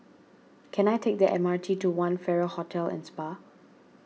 can I take the M R T to one Farrer Hotel and Spa